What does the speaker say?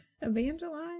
evangelize